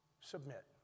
submit